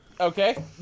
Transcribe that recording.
Okay